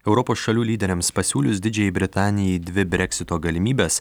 europos šalių lyderiams pasiūlius didžiajai britanijai dvi breksito galimybes